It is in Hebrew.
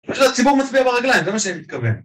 יש לך ציבור מצביע ברגליים, זה מה שאני מתכוון